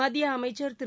மத்தியஅமைச்சர் திரு